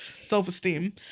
self-esteem